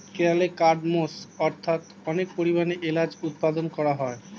কেরলে কার্ডমমস্ অর্থাৎ অনেক পরিমাণে এলাচ উৎপাদন করা হয়